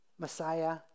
Messiah